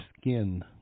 skin